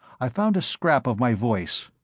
i found a scrap of my voice.